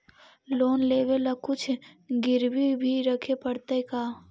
Loan लेबे ल कुछ गिरबी भी रखे पड़तै का?